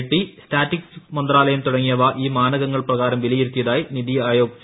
T statistics മന്ത്രാലയം തുടങ്ങിയവ ഈ മാനകങ്ങൾ പ്രകാരം വിലയിരുത്തിയതായി നിതി ആയോഗ് സി